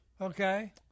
okay